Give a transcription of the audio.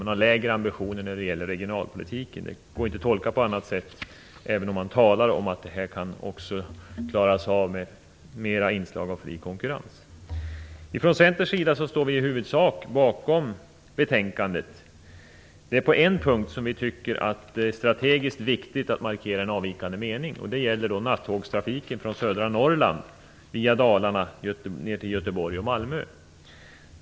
Man har lägre ambitioner när det gäller regionalpolitiken. Det går inte att tolka på annat sätt, även om man talar om att det här också kan klaras av med mera inslag av fri konkurrens. Från Centerns sida står vi i huvudsak bakom betänkandet. På en punkt tycker vi att det är strategiskt viktigt att markera en avvikande mening. Dalarna ner till Göteborg och Malmö.